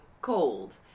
cold